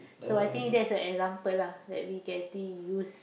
so I think that's an example lah that we can actually use